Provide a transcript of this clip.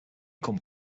come